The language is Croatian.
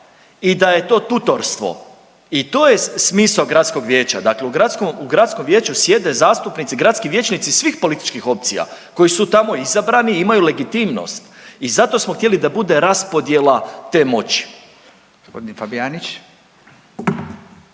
i da je to tutorstvo. I to je smisao gradskog vijeća, dakle u gradskom, uz gradskom vijeću sjede zastupnici gradski vijećnici svih političkih opcija koji su tamo izabrani i imaju legitimnost i zato smo htjeli da bude raspodjela te moći.